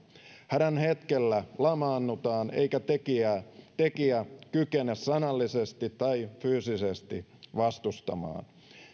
hädän hetkellä lamaannutaan eikä tekijää kykene sanallisesti tai fyysisesti vastustamaan